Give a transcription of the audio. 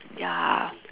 ya